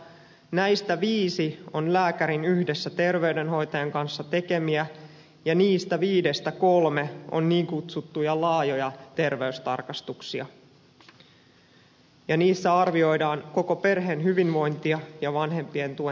näistä viisi on lääkärin yhdessä terveydenhoitajan kanssa tekemiä ja niistä viidestä kolme on niin kutsuttuja laajoja terveystarkastuksia ja niissä arvioidaan koko perheen hyvinvointia ja vanhempien tuen tarpeita